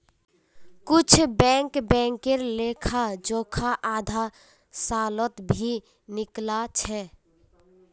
कुछु बैंक बैंकेर लेखा जोखा आधा सालत भी निकला छ